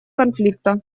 конфликта